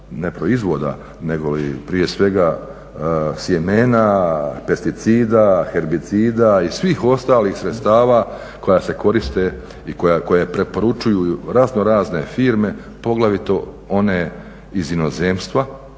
ne proizvoda nego i prije svega sjemena, pesticida, herbicida i svih ostalih sredstava koja se koriste i koja preporučuju raznorazne firme poglavito one iz inozemstva.